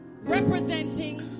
representing